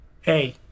hey